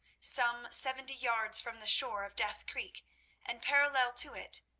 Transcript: some seventy yards from the shore of death creek and parallel to it,